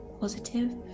Positive